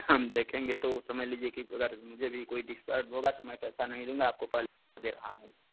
हम देखेंगे तो समझ लीजिए कि अगर मुझे कोई डिस्टर्ब होगा तो मैं पैसा नहीं दूँगा आपको पहले बता दे रहा हूँ